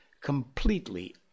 completely